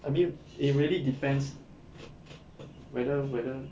I mean it really depends whether whether